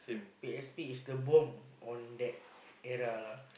P_S_P is the bomb of that era lah